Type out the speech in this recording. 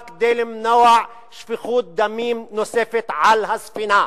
כדי למנוע שפיכות דמים נוספת על הספינה.